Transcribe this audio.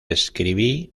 escribí